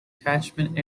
catchment